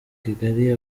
kigali